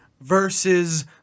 versus